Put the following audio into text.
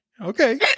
Okay